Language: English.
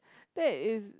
that is